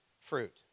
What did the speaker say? fruit